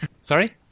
Sorry